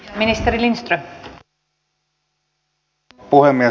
arvoisa rouva puhemies